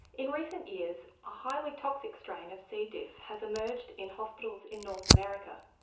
in recent years a highly toxic strain of c. diff has emerged in hospitals in north america.